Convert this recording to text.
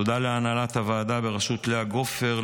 תודה להנהלת הוועדה בראשות לאה גופר,